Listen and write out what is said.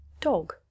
dog